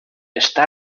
està